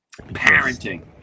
Parenting